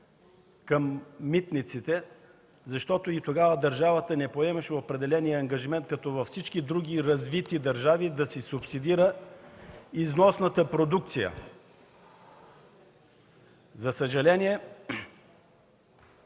към митниците, защото и тогава държавата не поемаше определени ангажименти както във всички други развити държави – да си субсидира износната продукция. За съжаление